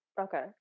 Okay